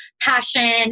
passion